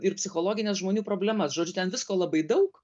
ir psichologines žmonių problemas žodžiu ten visko labai daug